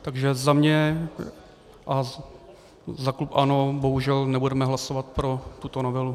Takže za mě a za klub ANO bohužel nebudeme hlasovat pro tuto novelu.